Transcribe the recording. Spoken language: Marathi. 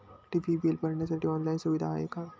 टी.वी बिल भरण्यासाठी ऑनलाईन सुविधा आहे का?